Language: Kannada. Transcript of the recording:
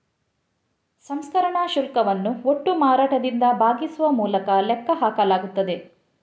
ಸಂಸ್ಕರಣಾ ಶುಲ್ಕವನ್ನು ಒಟ್ಟು ಮಾರಾಟದಿಂದ ಭಾಗಿಸುವ ಮೂಲಕ ಲೆಕ್ಕ ಹಾಕಲಾಗುತ್ತದೆ